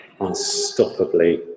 unstoppably